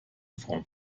from